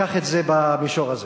קח את זה במישור הזה.